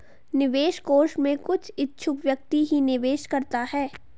निवेश कोष में कुछ इच्छुक व्यक्ति ही निवेश करता है